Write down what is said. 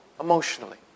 emotionally